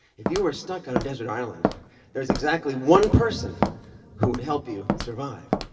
if you were stuck on a desert island there's exactly one person who would help you survive.